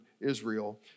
Israel